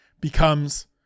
becomes